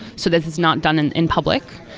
so this is not done and in public.